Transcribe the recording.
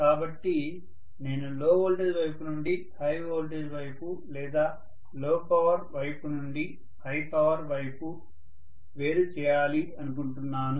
కాబట్టి నేను low voltage వైపు నుండి హై వోల్టేజ్ వైపు లేదా లో పవర్ వైపు నుండి హై పవర్ వైపు వేరుచేయాలనుకుంటున్నాను